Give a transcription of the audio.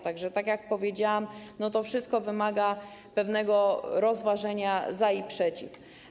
Tak że, tak jak powiedziałam, to wszystko wymaga pewnego rozważenia za i przeciw.